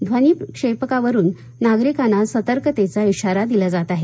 ध्वनिक्षेपकावरून नागरिकांना सतर्कतेचा इशारा दिला जात आहे